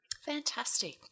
Fantastic